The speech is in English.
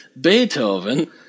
Beethoven